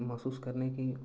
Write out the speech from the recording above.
महसूस करने की